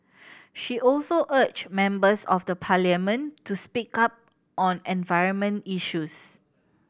she also urged members of the Parliament to speak up on environment issues